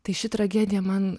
tai ši tragedija man